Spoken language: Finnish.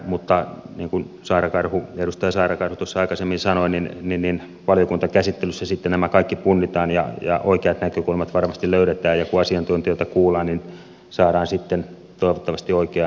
mutta niin kuin edustaja saara karhu tuossa aikaisemmin sanoi niin valiokuntakäsittelyssä sitten nämä kaikki punnitaan ja oikeat näkökulmat varmasti löydetään ja kun asiantuntijoita kuullaan niin saadaan sitten toivottavasti oikeaan asentoon